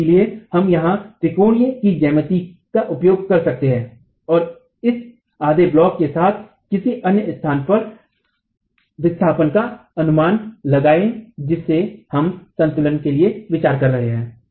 और इसीलिए हम यहां त्रिकोण की ज्यामिति का उपयोग कर सकते हैं और इस आधे ब्लॉक के साथ किसी अन्य स्थान पर विस्थापन का अनुमान लगाएँ जिसे हम संतुलन के लिए विचार कर रहे हैं